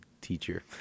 teacher